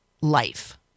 life